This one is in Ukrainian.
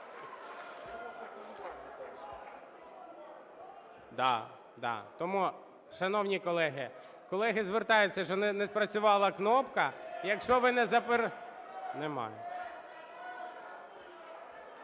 Да. Да. Тому, шановні колеги, колеги звертаються, що не спрацювала кнопка. Якщо ви не заперечуєте…